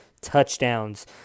touchdowns